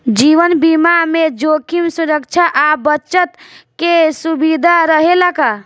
जीवन बीमा में जोखिम सुरक्षा आ बचत के सुविधा रहेला का?